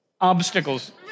obstacles